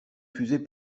fusée